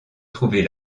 trouver